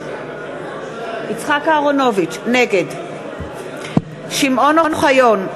נגד שמעון אוחיון,